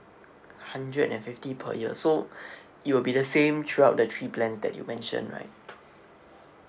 hundred and fifty per year so it will be the same throughout the three plans that you mentioned right